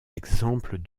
exemples